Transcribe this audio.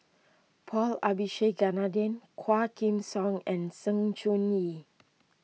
Paul Abisheganaden Quah Kim Song and Sng Choon Yee